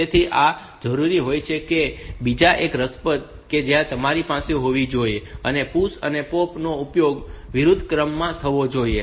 તેથી આ જરૂરી હોય છે અને બીજી એક રસપ્રદ કે જે તમારી પાસે હોવી જોઈએ તે એ છે કે PUSH અને POP નો ઉપયોગ વિરુદ્ધ ક્રમમાં થવો જોઈએ